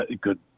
good